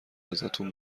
ازتون